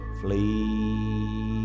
flee